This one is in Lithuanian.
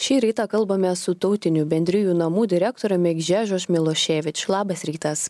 šį rytą kalbamės su tautinių bendrijų namų direktoriumi gžegož miloševič labas rytas